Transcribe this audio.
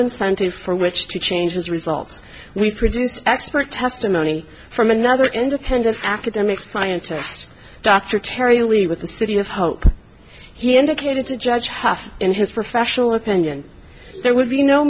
incentive for which to change his results we produced expert testimony from another independent academic scientist dr terry with the city of hope he indicated to judge hough in his professional opinion there would be no